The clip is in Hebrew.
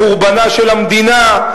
לחורבנה של המדינה,